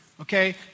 okay